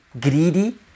greedy